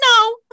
no